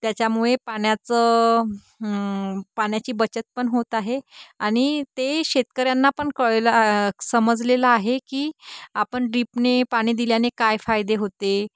त्याच्यामुळे पाण्याचं पाण्याची बचत पण होत आहे आणि ते शेतकऱ्यांना पण कळलं समजलेलं आहे की आपण ड्रीपने पाणी दिल्याने काय फायदे होते